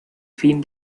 fin